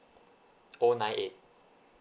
O nine eight